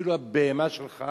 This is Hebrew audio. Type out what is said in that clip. אפילו הבהמה שלך